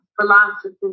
philosophy